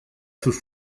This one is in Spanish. sus